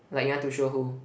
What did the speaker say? like you want to show who